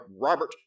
Robert